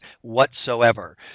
whatsoever